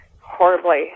horribly